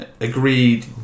agreed